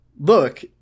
look